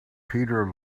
peter